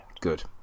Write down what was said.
good